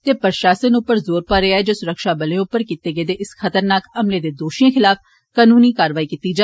ते प्रशासन उप्पर जोर भरेआ ऐ जे सुरक्षा बलें उप्पर कीते गेदे इस खतरनाक हमले दे दोषिए खिलाफ कनूनी कारवाई कीता जा